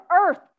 earth